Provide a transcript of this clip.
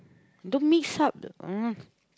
don't mix up the